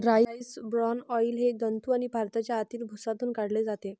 rice bran oil हे जंतू आणि भाताच्या आतील भुसातून काढले जाते